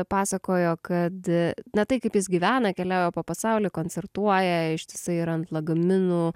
pasakojo kad na tai kaip jis gyvena keliauja po pasaulį koncertuoja ištisai ir ant lagaminų